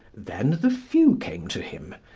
then the few came to him.